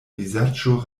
vizaĝo